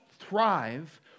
Thrive